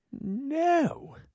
No